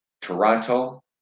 Toronto